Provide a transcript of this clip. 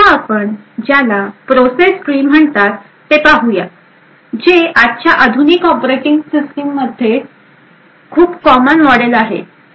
आता आपण ज्याला प्रोसेस ट्री म्हणतात ते पाहू या जे आजच्या आधुनिक ऑपरेटिंग सिस्टिम मधले खूप कॉमन मॉडेल आहे